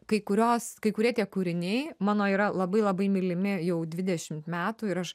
kai kurios kai kurie tie kūriniai mano yra labai labai mylimi jau dvidešimt metų ir aš